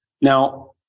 Now